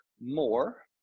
more